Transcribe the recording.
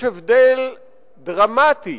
יש הבדל דרמטי